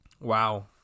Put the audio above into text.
wow